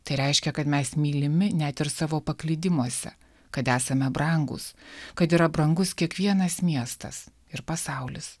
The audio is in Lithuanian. tai reiškia kad mes mylimi net ir savo paklydimuose kad esame brangūs kad yra brangus kiekvienas miestas ir pasaulis